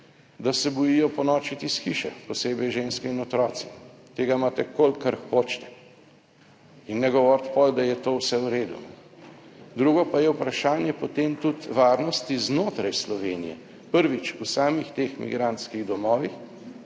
da se bojijo ponoči ti iz hiše, posebej ženske in otroci. Tega imate kolikor hočete in ne govoriti pol, da je to vse v redu. Drugo pa je vprašanje, potem tudi varnosti znotraj Slovenije. Prvič v samih teh migrantskih domovih,